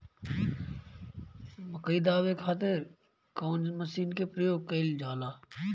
मकई दावे खातीर कउन मसीन के प्रयोग कईल जाला?